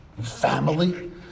family